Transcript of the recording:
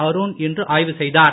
அருண் இன்று ஆய்வு செய்தார்